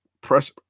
press